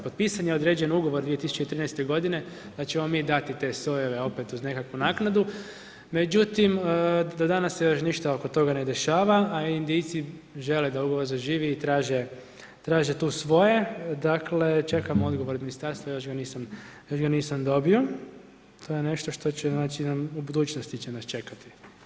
Potpisan je određen ugovor 2013. godine pa ćemo mi dati te sojeve opet uz nekakvu naknadu, međutim do danas se još ništa oko toga ne dešava a Indijci žele da uvoz zaživi i traže tu svoje, dakle čekamo odgovor od ministarstva, još ga nisam dobio, to je nešto će nas u budućnosti čekati.